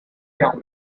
town